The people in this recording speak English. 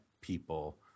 people